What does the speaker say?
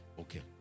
okay